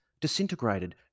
disintegrated